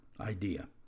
idea